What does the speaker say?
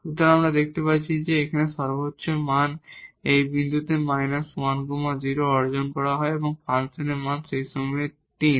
সুতরাং এখানে আমরা দেখতে পাচ্ছি যে ম্যাক্সিমা মান এই বিন্দুতে −10 অর্জন করা হয় যা ফাংশনের মান এই সময়ে 3